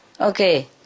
Okay